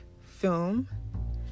film